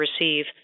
receive